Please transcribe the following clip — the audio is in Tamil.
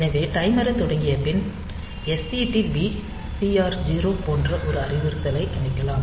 எனவே டைமரைத் தொடங்கிய பின் SETB TR0 போன்ற ஒரு அறிவுறுத்தலை அமைக்கலாம்